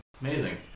Amazing